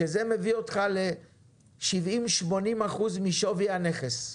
שזה מביא אותו ל-70% 80% משווי הנכס.